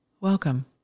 Welcome